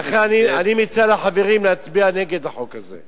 לכן אני מציע לחברים להצביע נגד החוק הזה.